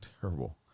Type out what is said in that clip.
terrible